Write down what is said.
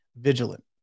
vigilant